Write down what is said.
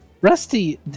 rusty